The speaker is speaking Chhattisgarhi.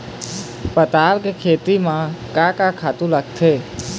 पताल के खेती म का का खातू लागथे?